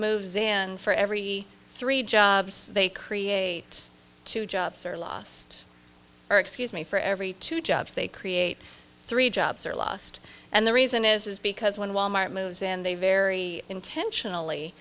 moves in and for every three jobs they create two jobs are lost or excuse me for every two jobs they create three jobs are lost and the reason is is because when wal mart moves in they very intentionally